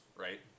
Right